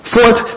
Fourth